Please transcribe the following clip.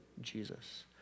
Jesus